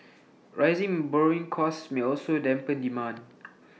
rising borrowing costs may also dampen demand